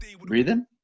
Breathing